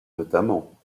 notamment